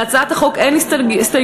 להצעת החוק אין הסתייגויות,